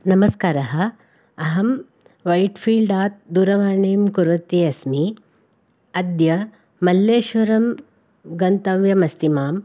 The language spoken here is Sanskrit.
नमस्काराः अहं वैट् फ़ील्डात् दूरवाणीं कुर्वति अस्मि अद्य मल्लेश्वरं गन्तवयम् अस्ति मां